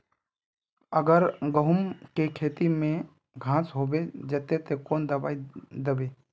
अगर गहुम के खेत में घांस होबे जयते ते कौन दबाई दबे?